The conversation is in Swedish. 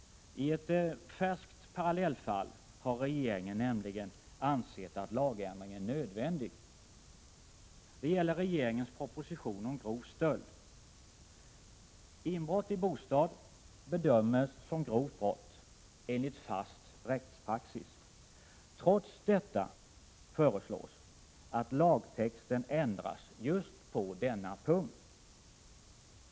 I ett färskt parallellfall har regeringen nämligen ansett att lagändring är nödvändig. Det gäller regeringens proposition om grov stöld. Inbrott i bostad bedöms som grovt brott enligt fast rättspraxis. Trots detta föreslås att lagtexten ändras just på denna punkt.